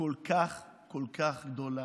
כל כך גדולה.